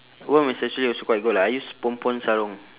worm is actually also quite good lah I use pon pon sarong